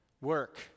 work